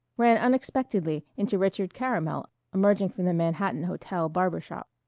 ran unexpectedly into richard caramel emerging from the manhattan hotel barber shop.